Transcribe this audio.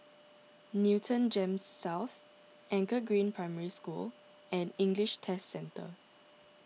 Newton Gems South Anchor Green Primary School and English Test Centre